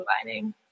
combining